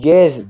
Yes